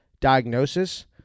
diagnosis